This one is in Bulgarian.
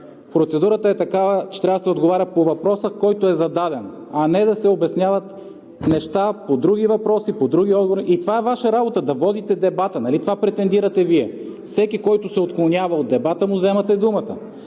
процедурата е такава, че трябва да се отговаря по въпроса, който е зададен, а не да се обясняват неща по други въпроси, по други отговори. И това е Ваша работа – да водите дебата. Нали това претендирате Вие? Всеки, който се отклонява от дебата, му вземате думата.